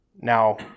Now